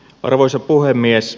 arvoisa puhemies